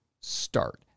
Start